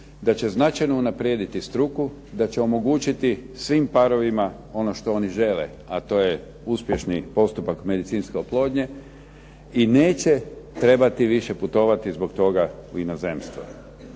DA će značajno unaprijediti struku, da će omogućiti svim parovima ono što oni žele, a to je uspješni postupak medicinske oplodnje, i neće više trebati putovati zbog toga u inozemstvo.